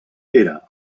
era